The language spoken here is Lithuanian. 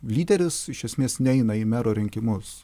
lyderis iš esmės neina į mero rinkimus